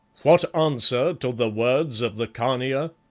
what answer to the words of the khania?